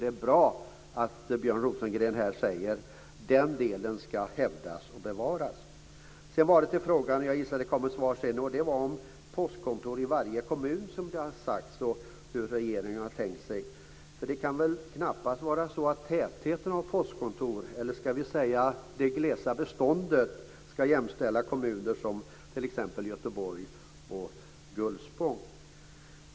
Det är bra att Björn Rosengren här säger att den delen ska hävdas och bevaras. Sedan var det till frågan, och jag gissar att det kommer ett svar senare. Det var det här om postkontor i varje kommun som det har sagts och hur regeringen har tänkt sig det. Det kan väl knappast vara så att tätheten på postkontor, eller ska vi säga det glesa beståndet, ska jämställa kommuner som t.ex. Göteborg och Gullspång?